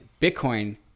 Bitcoin